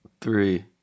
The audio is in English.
Three